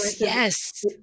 yes